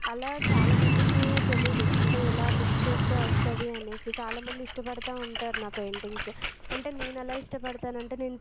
అలా చాలా మందికి తెలియదు అంటే ఏలా మిక్స్ చేస్తే వస్తుంది అనేసి చాలా మంది ఇష్టపడతా ఉంటారు నా పెయింటింగ్స్ అంటే నేను ఏలా ఇష్టపడతాను అంటే నేన్